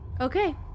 Okay